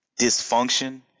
dysfunction